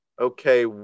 okay